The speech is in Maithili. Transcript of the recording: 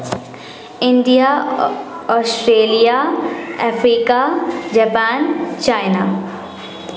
India Australia Africa Japan China